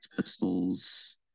pistols